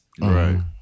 right